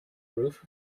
roof